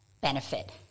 benefit